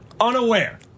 Unaware